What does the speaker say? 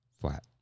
Flat